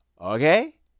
Okay